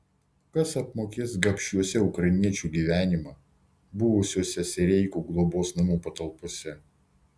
kas apmokės gabšiuose ukrainiečių gyvenimą buvusiuose sereikų globos namų patalpose